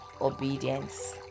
obedience